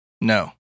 No